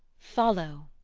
follow,